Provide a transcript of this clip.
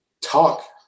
talk